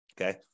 Okay